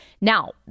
Now